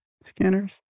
scanners